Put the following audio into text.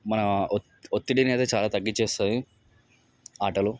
మన ఒత్తి ఒత్తిడి అనేది చాలా తగ్గిస్తుంది ఆటలు